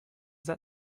that